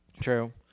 True